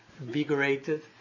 invigorated